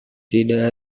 tidak